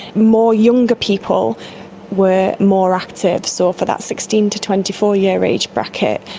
more younger people were more active, so for that sixteen to twenty four year age bracket,